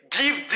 Give